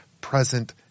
present